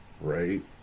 right